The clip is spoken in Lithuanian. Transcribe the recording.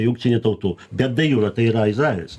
jungtinių tautų bet de juro tai yra izraelis